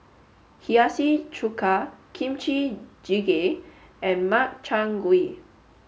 Hiyashi Chuka Kimchi Jjigae and Makchang gui